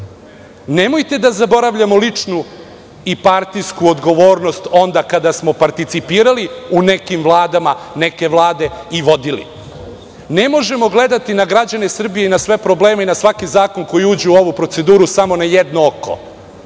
Nemojte da zaboravljamo ličnu i partijsku odgovornost onda kada smo participirali u nekim vladama, neke vlade i vodili. Ne možemo gledati na građane Srbije i na sve probleme, i na svaki zakon koji uđe u ovu proceduru, samo na jedno oko.